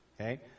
okay